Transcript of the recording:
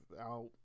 out